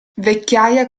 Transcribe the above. vecchiaia